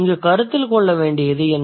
இங்கு கருத்தில் கொள்ளவேண்டியது என்ன